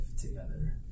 together